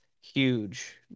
huge